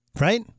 Right